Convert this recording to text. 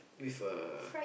with a